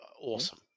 Awesome